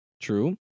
True